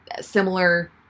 similar